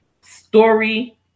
story